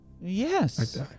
Yes